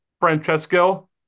Francesco